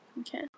Okay